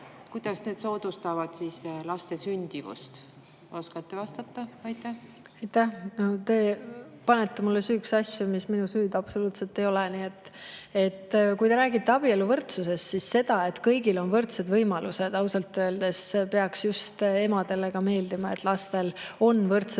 kõik teie valitsuse tehtu laste sündimust? Oskate vastata? Te panete mulle süüks asju, mis minu süü absoluutselt ei ole. Kui te räägite abieluvõrdsusest, siis see, et kõigil on võrdsed võimalused, ausalt öeldes peaks just emadele meeldima. Et lastel on võrdsed võimalused